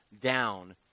down